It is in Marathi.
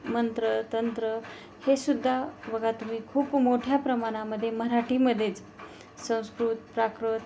मंत्र तंत्र हे सुद्धा बघा तुम्ही खूप मोठ्या प्रमाणामध्ये मराठीमध्येच संस्कृत प्राकृत